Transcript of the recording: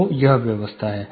तो यह व्यवस्था है